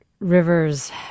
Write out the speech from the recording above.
Rivers